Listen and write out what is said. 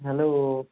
hello